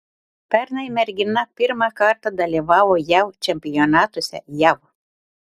pernai mergina pirmą kartą dalyvavo jav čempionatuose jav